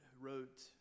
wrote